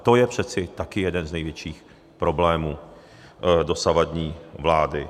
To je přece taky jeden z největších problémů dosavadní vlády.